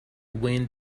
wind